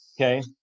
Okay